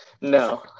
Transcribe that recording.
No